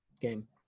Game